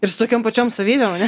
ir su tokiom pačiom savybėm ane